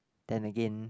then again